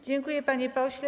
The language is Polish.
Dziękuję, panie pośle.